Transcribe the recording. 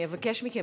אני אבקש מכם,